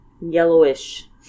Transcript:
yellowish